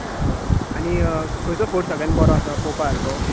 आनी खंयचो फोर्ट सगळ्यान बरो आसा पळोवपा सारको